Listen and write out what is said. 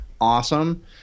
awesome